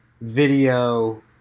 video